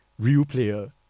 RealPlayer